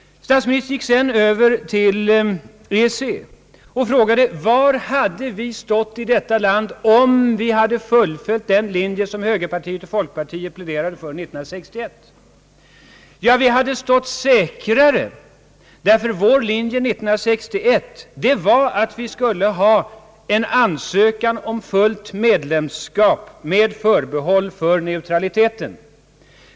Statsministern gick sedan över till EEC-problemet och frågade: Var hade vi stått i detta land om vi hade fullföljt den linje som högerpartiet och folkpartiet pläderade för 1961? Jo, svarar jag, vi hade stått säkrare, därför att vår linje år 1961 innebar en önskan att ansöka om fullt medlemskap i EEC med förbehåll för neutraliteten.